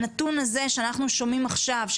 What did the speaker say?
הנתון הזה שאנחנו שומעים עכשיו,